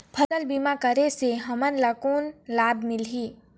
फसल बीमा करे से हमन ला कौन लाभ मिलही?